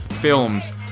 films